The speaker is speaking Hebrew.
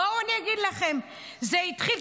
בואו אני אגיד לכם: זה התחיל,